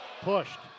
Pushed